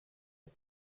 als